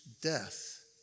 death